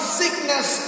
sickness